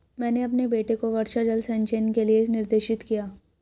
मैंने अपने बेटे को वर्षा जल संचयन के लिए निर्देशित किया